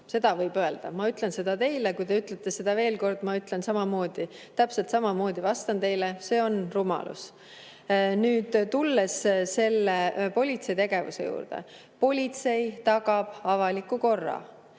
Seda võib öelda. Ma ütlen teile seda ja kui te ütlete seda veel kord, siis ma ütlen samamoodi. Täpselt samamoodi vastan teile. See on rumalus. Nüüd, tulles politsei tegevuse juurde: politsei tagab avaliku korra.